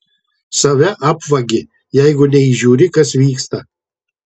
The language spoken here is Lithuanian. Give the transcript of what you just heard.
save apvagi jeigu neįžiūri kas vyksta